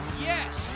yes